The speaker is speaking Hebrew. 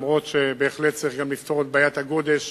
אף-על-פי שבהחלט צריך לפתור את בעיית הגודש